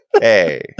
hey